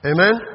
Amen